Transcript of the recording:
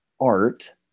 art